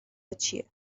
چیه